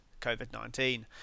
COVID-19